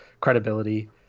credibility